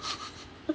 it's